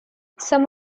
some